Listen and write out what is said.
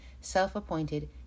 self-appointed